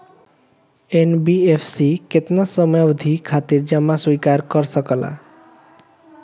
NBFC केतना समयावधि खातिर जमा स्वीकार कर सकला?